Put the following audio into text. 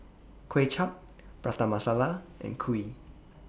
Kuay Chap Prata Masala and Kuih